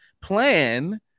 plan